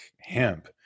hemp